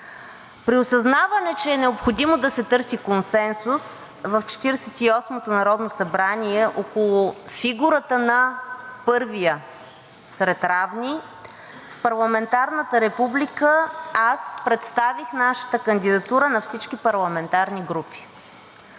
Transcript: При осъзнаване, че е необходимо да се търси консенсус в Четиридесет и осмото народно събрание около фигурата на първия сред равни в парламентарната република, аз представих нашата кандидатура на всички парламентарни групи.